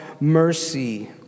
mercy